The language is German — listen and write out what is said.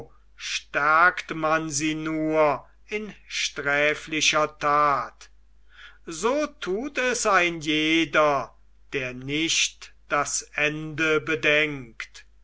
stärkt man sie nur in sträflicher tat so tut es ein jeder der nicht das ende bedenkt